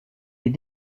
est